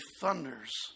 thunders